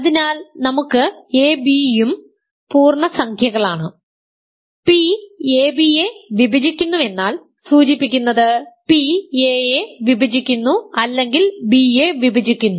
അതിനാൽ നമുക്ക് a b ഉം പൂർണ്ണസംഖ്യകളാണ് p ab യേ വിഭജിക്കുന്നുവെന്നാൽ സൂചിപ്പിക്കുന്നത് p a യേ വിഭജിക്കുന്നു അല്ലെങ്കിൽ b യേ വിഭജിക്കുന്നു